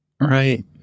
Right